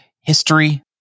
history